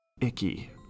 icky